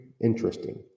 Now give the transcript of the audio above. interesting